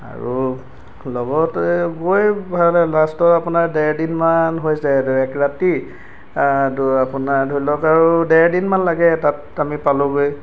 আৰু লগতে গৈয়ে ভাল লাষ্টত আপোনাৰ ডেৰ দিনমান হৈছে এক ৰাতি আপোনাৰ ধৰি লওক আৰু ডেৰ দিনমান লাগে তাত আমি পালোগৈ